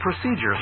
procedures